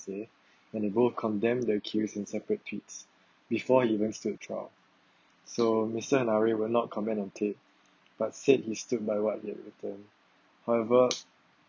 and they both condemn the accused in separate tweets before even stood trial so mister henare would not comment on tape but said he stood by what he had written however